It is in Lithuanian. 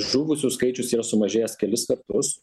žuvusių skaičius yra sumažėjęs kelis kartus